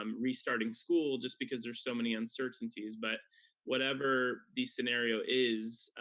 um restarting school just because there's so many uncertainties. but whatever the scenario is,